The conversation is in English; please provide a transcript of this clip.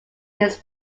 this